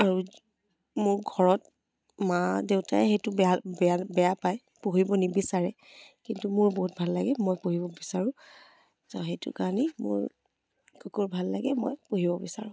আৰু মোৰ ঘৰত মা দেউতাই সেইটো বেয়া বেয়া বেয়া পায় পুহিব নিবিচাৰে কিন্তু মোৰ বহুত ভাল লাগে মই পুহিব বিচাৰোঁ চ' সেইটো কাৰণেই মোৰ কুকুৰ ভাল লাগে মই পুহিব বিচাৰোঁ